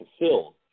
fulfilled